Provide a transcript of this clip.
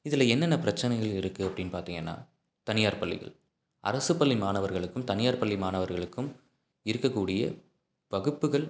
இதில் என்னென்ன பிரச்சனைகள் இருக்குது அப்படின்னு பார்த்தீங்கன்னா தனியார் பள்ளிகள் அரசு பள்ளி மாணவர்களுக்கும் தனியார் பள்ளி மாணவர்களுக்கும் இருக்கக்கூடிய வகுப்புகள்